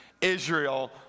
Israel